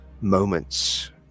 moments